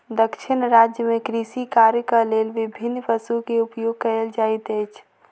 दक्षिण राज्य में कृषि कार्यक लेल विभिन्न पशु के उपयोग कयल जाइत अछि